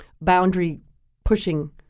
boundary-pushing